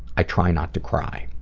i try not to cry.